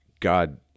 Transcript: God